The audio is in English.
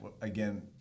again